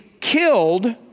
killed